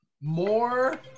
More